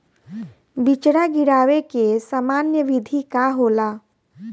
बिचड़ा गिरावे के सामान्य विधि का होला?